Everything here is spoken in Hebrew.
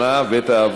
התשע"ז 2017,